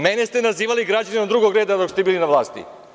Mene ste nazivali građaninom drugog reda dok ste bili na vlasti.